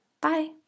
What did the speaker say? bye